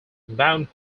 mount